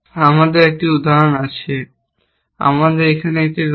আমাদের একটি উদাহরণ আছে আমাদের এখানে একটি রয়েছে